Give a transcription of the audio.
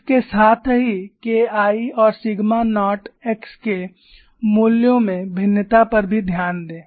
इसके साथ ही KI और सिग्मा नोट x के मूल्यों में भिन्नता पर भी ध्यान दें